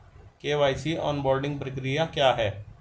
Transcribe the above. KYC onboarding प्रक्रिया क्या है?